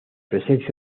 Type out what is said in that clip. presencia